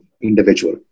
individual